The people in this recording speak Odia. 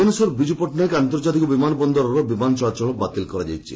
ଭୁବନେଶ୍ୱର ବିଜୁ ପଟ୍ଟନାୟକ ଆନ୍ତର୍କାତିକ ବିମାନ ବନ୍ଦରରୁ ବିମାନ ଚଳାଚଳ ବାତିଲ କରାଯାଇଛି